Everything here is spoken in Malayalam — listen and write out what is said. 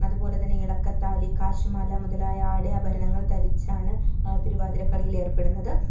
അതുപോലതന്നെ ഇളക്കത്താലി കാശിമാല മുതലായ ആട ആഭരണങ്ങൾ ധരിച്ചാണ് തിരുവാതിരക്കളിയിൽ ഏർപ്പെടുന്നത്